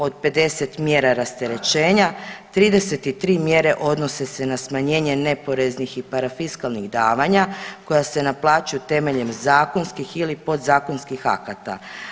Od 50 mjera rasterećenja, 33 mjere odnose se na smanjenje neporeznih i parafiskalnih davanja koja se naplaćuju temeljem zakonskih ili podzakonskih akata.